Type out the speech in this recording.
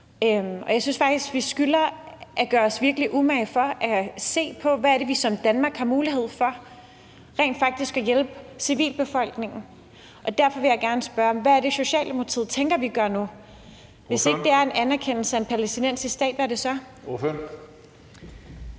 Jeg synes faktisk, at vi skylder at gøre os virkelig umage med at se på, hvad det er, vi i Danmark har mulighed for rent faktisk at gøre for at hjælpe civilbefolkningen. Derfor vil jeg gerne spørge: Hvad er det, Socialdemokratiet tænker vi skal gøre nu? Hvis ikke det er en anerkendelse af en palæstinensisk stat, der skal